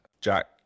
Jack